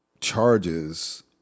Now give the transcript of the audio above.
charges